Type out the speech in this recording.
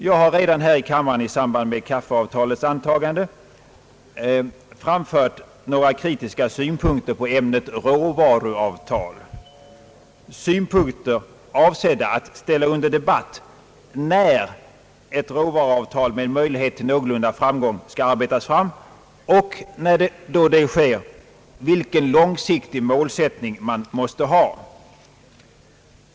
Jag har redan här i kammaren i sam fört några kritiska synpunkter på ämnet råvaruavtal, synpunkter avsedda att ställa under debatt, när ett råvaruavtal med möjlighet till någorlunda framgång skall arbetas fram och, då detta sker, vilken långsiktig målsättning man måste ha.